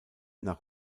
nach